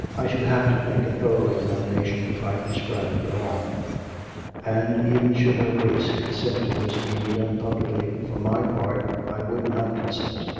i should have to make a thorough examination, if i prescribed at all and, even should her grace consent to this being done publicly, for my part i would not consent.